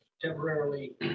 Temporarily